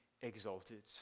exalted